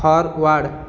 forward